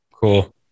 Cool